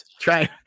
Try